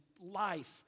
life